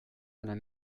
seiner